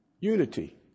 unity